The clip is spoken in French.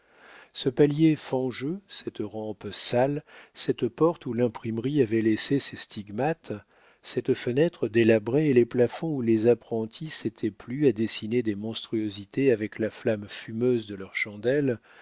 ce palier fangeux cette rampe sale cette porte où l'imprimerie avait laissé ses stigmates cette fenêtre délabrée et les plafonds où les apprentis s'étaient plu à dessiner des monstruosités avec la flamme fumeuse de leurs chandelles